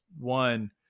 One